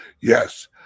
Yes